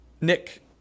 Nick